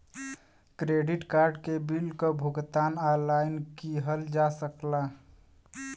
credit card के bill क भुगतान ऑनलाइन किहल जा सकला